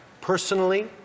personally